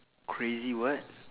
crazy what